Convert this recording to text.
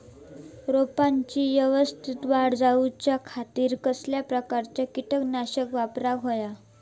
रोपट्याची यवस्तित वाढ जाऊच्या खातीर कसल्या प्रकारचा किटकनाशक वापराक होया?